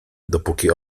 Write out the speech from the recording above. dopóki